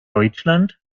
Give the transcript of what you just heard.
deutschland